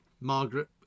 Margaret